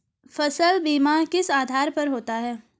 फसल का बीमा किस आधार पर होता है?